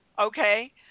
Okay